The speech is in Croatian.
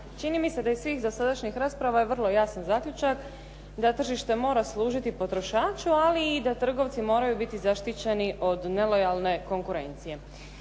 Čini mi se da iz svih dosadašnjih rasprava je vrlo jasan zaključak da tržište mora služiti potrošaču, ali i da trgovci moraju biti zaštićeni od nelojalne konkurencije.